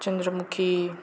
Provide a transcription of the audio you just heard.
Chandramukhi